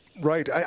Right